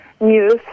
news